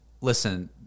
listen